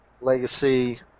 Legacy